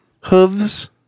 hooves